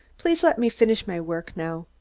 please let me finish my work now.